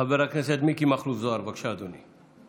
חבר הכנסת מיקי מכלוף זוהר, בבקשה, אדוני.